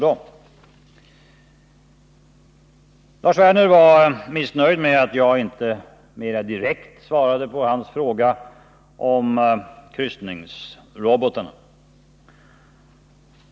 Lars Werner var missnöjd med att jag inte mera direkt svarade på hans fråga om kryssningsroboten.